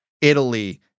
Italy